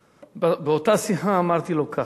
באותה שיחה אמרתי לו כך: